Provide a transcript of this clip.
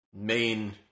main